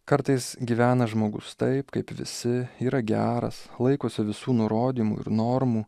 kartais gyvena žmogus taip kaip visi yra geras laikosi visų nurodymų ir normų